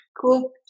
cool